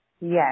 Yes